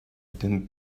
didn’t